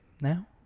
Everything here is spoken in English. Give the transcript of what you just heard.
now